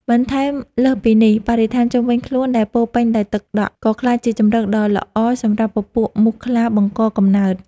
បន្ថែមលើសពីនេះ បរិស្ថានជុំវិញខ្លួនដែលពោរពេញដោយទឹកដក់ ក៏ក្លាយជាជម្រកដ៏ល្អសម្រាប់ពពួកមូសខ្លាបង្កកំណើត។